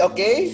Okay